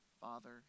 father